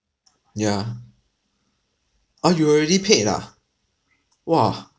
yeah ah you already paid ah !wah!